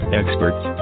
experts